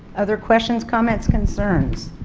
other questions comments concerns?